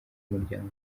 umuryango